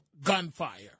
gunfire